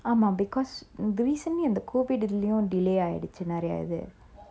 ஆமா:aama because recently அந்த:antha covid இதுலயும்:ithulayum delay ஆகிடுச்சி நெறைய இது:aakiduchi neraya ithu